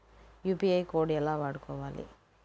UPI code ఎలా వాడుకోవాలి?